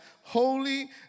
holy